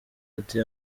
ati